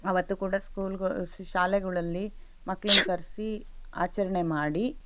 ಆವತ್ತು ಕೂಡ ಸ್ಕೂಲ್ಗೆ ಶಾಲೆಗಳಲ್ಲಿ ಮಕ್ಕಳನ್ನ ಕರೆಸಿ ಆಚರಣೆ ಮಾಡಿ